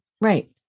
Right